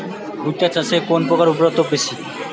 ভুট্টা চাষে কোন পোকার উপদ্রব বেশি?